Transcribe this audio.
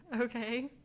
Okay